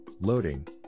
loading